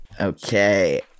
Okay